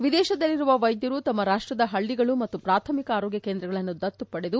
ವಿದೇಶದಲ್ಲಿರುವ ವೈದ್ಯರು ತಮ್ಮ ರಾಷ್ಟದ ಹಳ್ಳಗಳು ಮತ್ತು ಪ್ರಾಥಮಿಕ ಆರೋಗ್ಯ ಕೇಂದ್ರಗಳನ್ನು ದತ್ತುಪಡೆದು